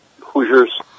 Hoosiers